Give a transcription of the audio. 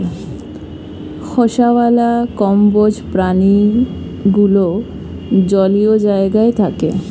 খোসাওয়ালা কম্বোজ প্রাণীগুলো জলীয় জায়গায় থাকে